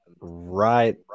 right